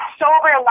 sober